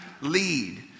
lead